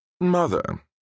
Mother